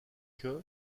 que